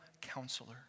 counselor